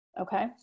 Okay